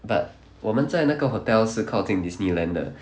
but 我们在那个 hotel 是靠近 Disneyland 的